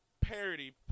parody